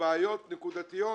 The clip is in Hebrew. בעיות נקודתיות,